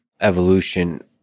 evolution